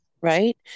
right